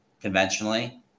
conventionally